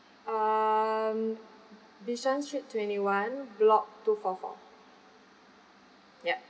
mm Bishan street twenty one block two four four